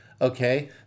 okay